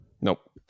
Nope